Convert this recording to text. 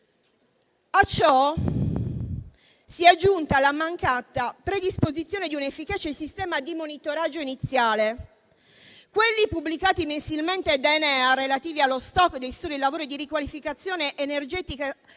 «A ciò si è aggiunta la mancata predisposizione di un efficace sistema di monitoraggio iniziale», non essendo sufficienti «quelli pubblicati mensilmente da ENEA, relativi allo stock dei soli lavori di riqualificazione energetica